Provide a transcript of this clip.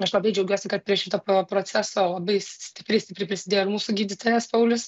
aš labai džiaugiuosi kad prie šito pro proceso labai stipriai stipriai prisidėjo ir mūsų gydytojas saulius